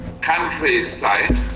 countryside